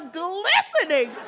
glistening